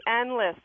endless